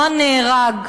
לא הנהרג,